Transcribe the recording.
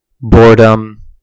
boredom